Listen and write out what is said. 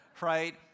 Right